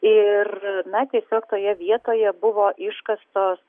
ir na tiesiog toje vietoje buvo iškastos